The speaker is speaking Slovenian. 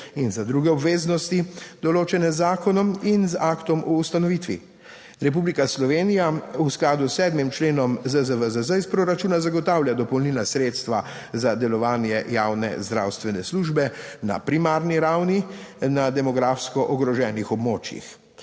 in za druge obveznosti določene z zakonom in z aktom o ustanovitvi. Republika Slovenija v skladu s 7. členom ZZVZZ iz proračuna zagotavlja dopolnilna sredstva za delovanje javne zdravstvene službe na primarni ravni na demografsko ogroženih območjih.